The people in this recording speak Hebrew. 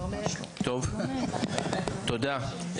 טוב, תודה.